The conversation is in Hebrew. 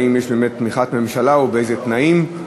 האם יש באמת תמיכת ממשלה ובאיזה תנאים.